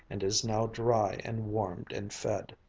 and is now dry and warmed and fed.